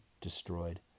destroyed